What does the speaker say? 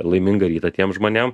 laimingą rytą tiem žmonėm